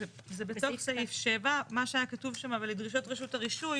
זה בתוך סעיף 7. מה שהיה כתוב שם "ולדרישות רשות הרישוי",